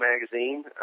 magazine